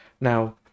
Now